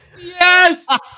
Yes